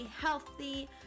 healthy